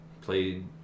played